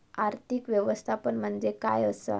आर्थिक व्यवस्थापन म्हणजे काय असा?